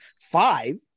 five